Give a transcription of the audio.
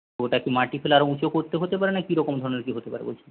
ওটা কি মাটি ফেলে আরও উঁচু করতে হতে পারে না কী রকম ধরণের কী হতে পারে বলছেন